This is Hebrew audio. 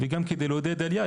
וגם כדי לעודד עלייה,